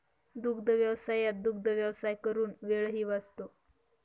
दुग्धव्यवसायात दुग्धव्यवसाय करून वेळही वाचतो